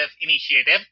initiative